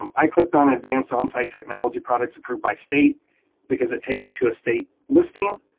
i clicked on advanced on site technology products approved by state because it takes you to a state listing